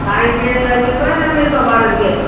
खाइण पीअण लाइ मिलंदो या न मिलंदो ॿारनि खे